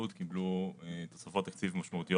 כל ההורים עומדים מאחורינו והדרישות